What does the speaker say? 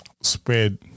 Spread